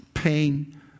pain